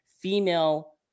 Female